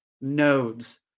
nodes